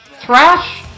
Thrash